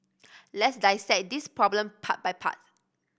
let's dissect this problem part by part